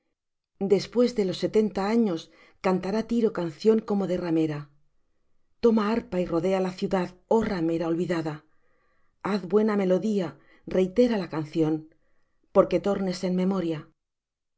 después de los setenta años cantará tiro canción como de ramera toma arpa y rodea la ciudad oh ramera olvidada haz buena melodía reitera la canción porque tornes en memoria